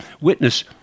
witness